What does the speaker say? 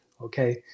Okay